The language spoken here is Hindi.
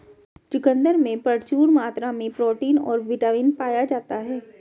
चुकंदर में प्रचूर मात्रा में प्रोटीन और बिटामिन पाया जाता ही